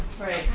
Right